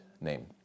name